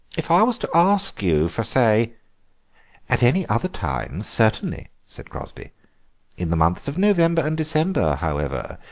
if i was to ask you for, say at any other time, certainly, said crosby in the months of november and december, however,